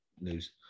news